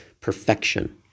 perfection